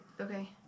Okay